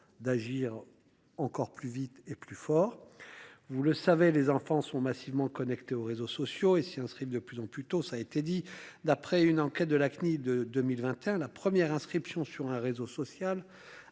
d'agir encore plus vite et plus fort. Vous le savez, les enfants sont massivement connectés aux réseaux sociaux et s'y inscrivent de plus en plus tôt. Ça a été dit. D'après une enquête de la CNIL de 2021 la première inscription sur un réseau social